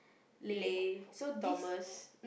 Lay Thomas